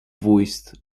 voiced